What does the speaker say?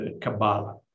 Kabbalah